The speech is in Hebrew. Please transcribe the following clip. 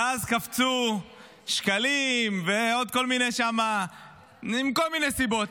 ואז קפצו שקלים ועוד כל מיני שם עם כל מיני סיבות.